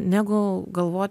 negu galvoti